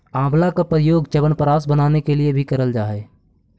आंवला का प्रयोग च्यवनप्राश बनाने के लिए भी करल जा हई